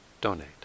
donate